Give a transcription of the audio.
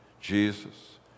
Jesus